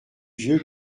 vieux